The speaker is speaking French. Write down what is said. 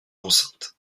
enceinte